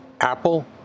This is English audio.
Apple